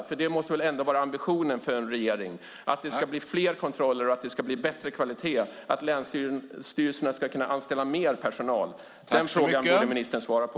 För det måste väl ändå vara ambitionen för en regering att det ska bli fler kontroller, att det ska bli bättre kvalitet och att länsstyrelserna ska kunna anställa mer personal? Den frågan borde ministern svara på.